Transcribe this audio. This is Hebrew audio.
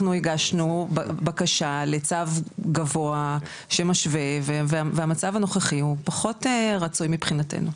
אנחנו הגשנו בקשה לצו גבוה שמשווה והמצב הנוכחי הוא פחות רצוי מבחינתנו.